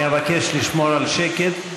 אני אבקש לשמור על שקט.